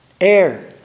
Air